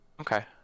Okay